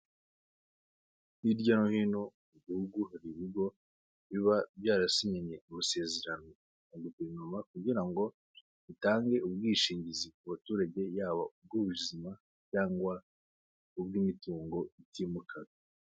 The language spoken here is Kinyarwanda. Hirya no hino mu gihugu hari ibigo biba byarasinyanye amasezerano na guverinoma kugira ngo bitange ubwishingizi ku baturage yaba ubw'ubuzima cyangwa ubw'imitungo itimukanywa.